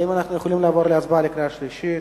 האם אנחנו יכולים לעבור להצבעה לקריאה שלישית?